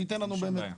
שייתן לנו באמת.